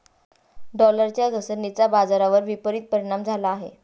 डॉलरच्या घसरणीचा बाजारावर विपरीत परिणाम झाला आहे